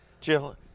Jill